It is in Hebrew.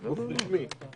-- או שזה גוף רשמי מדינתי?